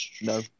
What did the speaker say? No